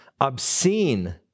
Obscene